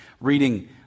reading